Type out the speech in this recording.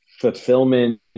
fulfillment